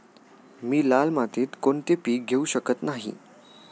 मी लाल मातीत कोणते पीक घेवू शकत नाही?